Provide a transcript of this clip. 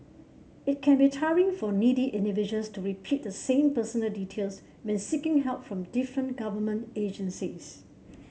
it can be tiring for needy individuals to repeat the same personal details when seeking help from different government agencies